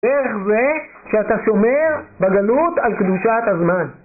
דרך זה שאתה שומר בגלות על קדושת הזמן